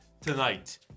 tonight